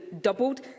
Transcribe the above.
doubled